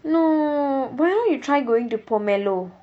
no why don't you try going to pomelo